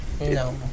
No